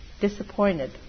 disappointed